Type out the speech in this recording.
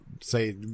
say